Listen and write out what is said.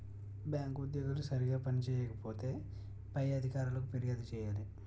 bank ఉద్యోగులు సరిగా పని చేయకపోతే పై అధికారులకు ఫిర్యాదు చేయాలి